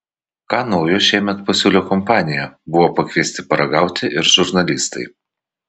ką naujo šiemet pasiūlė kompanija buvo pakviesti paragauti ir žurnalistai